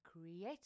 create